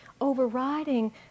overriding